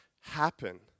happen